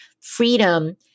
freedom